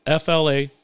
fla